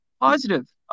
positive